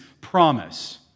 promise